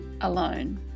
alone